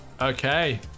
Okay